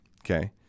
Okay